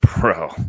bro